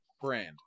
brand